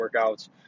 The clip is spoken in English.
workouts